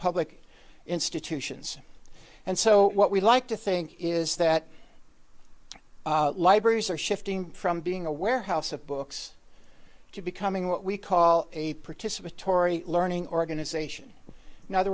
public institutions and so what we like to think is that libraries are shifting from being a warehouse of books to becoming what we call a participatory learning organisation now ther